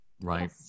Right